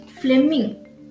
Fleming